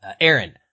Aaron